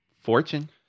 fortune